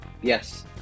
yes